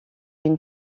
une